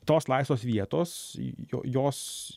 tos laisvos vietos jos